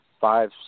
five